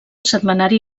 setmanari